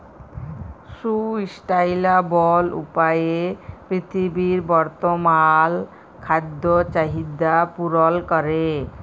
sustainable উপায়ে পীরথিবীর বর্তমাল খাদ্য চাহিদ্যা পূরল ক্যরে